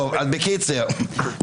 בקיצור,